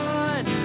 one